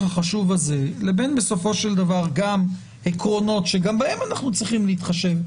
החשוב הזה לבין עקרונות שגם בהם אנחנו צריכים להתחשב,